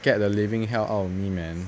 get the living hell out of me man